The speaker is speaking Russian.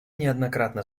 неоднократно